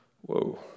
Whoa